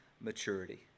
maturity